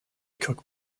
cook